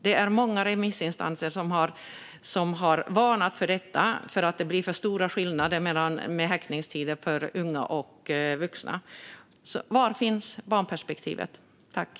Det är många remissinstanser som har varnat för att det blir för stora skillnader i häktningstider för unga respektive vuxna.